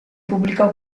pubblicò